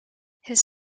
his